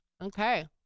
Okay